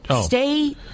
Stay